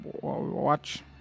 watch